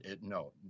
No